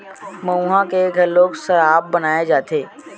मउहा के घलोक सराब बनाए जाथे